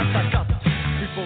People